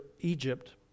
Egypt